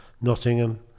Nottingham